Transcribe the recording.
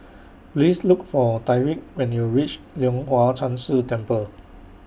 Please Look For Tyriq when YOU REACH Leong Hwa Chan Si Temple